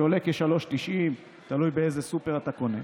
שעולה כ-3.90, תלוי באיזה סופר אתה קונה.